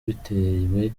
bitewe